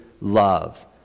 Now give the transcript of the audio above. love